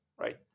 Right